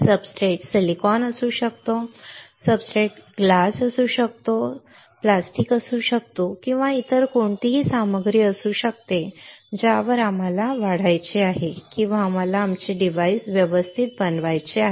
substrate silicon असू शकतो substrate काच असू शकतो सब्सट्रेट प्लास्टिक असू शकतो सब्सट्रेट इतर कोणतीही सामग्री असू शकते ज्यावर आम्हाला वाढायचे आहे किंवा आम्हाला आमचे डिव्हाइस व्यवस्थित बनवायचे आहे